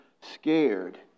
scared